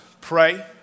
pray